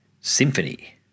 symphony